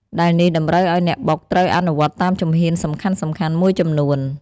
ដែលនេះតម្រូវអោយអ្នកបុកស្រូវអនុវត្តតាមជំហានសំខាន់ៗមួយចំនួន។